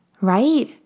right